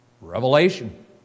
Revelation